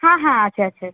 হ্যাঁ হ্যাঁ আছে আছে